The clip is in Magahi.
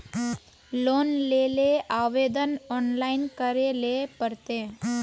लोन लेले आवेदन ऑनलाइन करे ले पड़ते?